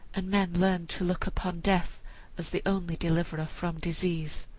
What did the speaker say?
and men learned to look upon death as the only deliverer from disease.